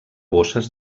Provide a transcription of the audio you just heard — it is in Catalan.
bosses